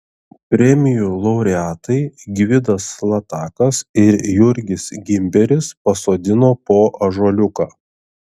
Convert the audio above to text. premijų laureatai gvidas latakas ir jurgis gimberis pasodino po ąžuoliuką